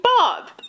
Bob